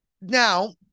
Now